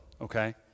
okay